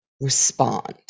respond